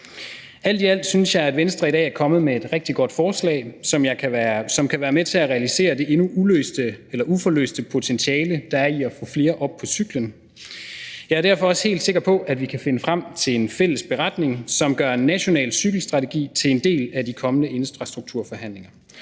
Alt i alt synes jeg, at Venstre i dag er kommet med et rigtig godt forslag, som kan være med til at realisere det endnu uforløste potentiale, der er i at få flere op på cyklen. Jeg er derfor også helt sikker på, at vi kan finde frem til en fælles beretning, som gør en national cykelstrategi til en del af de kommende infrastrukturforhandlinger,